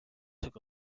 took